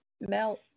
Mel